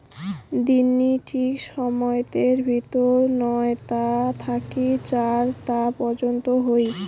দিননি ঠিক সময়তের ভিতর নয় তা থাকি চার তা পর্যন্ত হই